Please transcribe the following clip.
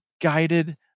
guided